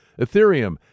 Ethereum